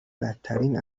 بدترین